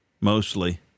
mostly